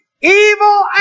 evil